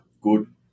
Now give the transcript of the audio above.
good